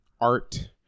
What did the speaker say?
art